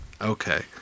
Okay